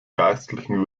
geistlichen